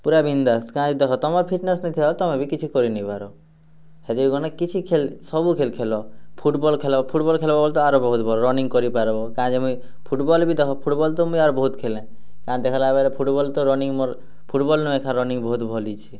ପୁରା ବିନ୍ଦାସ୍ କାଏଁ'ଯେ ଦେଖ ତମର୍ ଫିଟନେସ୍ ନାଇଥିବା ବେଲେ ତମେ ବି କିଛିକରି ନାଇ ପାର ହେଥିର୍ ଗନେ କିଛି ଖେଲ୍ ସବୁ ଖେଲ୍ ଖେଲ୍ ଫୁଟ୍ବଲ୍ ଖେଲ୍ ଫୁଟ୍ବଲ୍ ଖେଲ୍ବ ବେଲେ ଆର୍ ବହୁତ୍ ଭଲ୍ ରନିଙ୍ଗ୍ କରିପାର୍ବ କାଏଁ'ଯେ ମୁଇଁ ଫୁଟ୍ବଲ୍ ବି ଦେଖ ଫୁଟ୍ବଲ୍ ତ ମୁଇଁ ଆରୁ ବହୁତ୍ ଖେଲେଁ କାଏଁଯେ ଦେଖ୍ଲା ବେଲେ ଫୁଟ୍ବଲ୍ ତ ରନିଙ୍ଗ୍ ମୋର୍ ଫୁଟ୍ବଲ୍ ନୁ ଏକା ମୋର୍ ରନିଙ୍ଗ୍ ବହୁତ୍ ଭଲ୍ ହେଇଛେ ହଁ